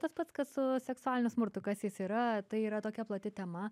tas pats kas su seksualiniu smurtu kas jis yra tai yra tokia plati tema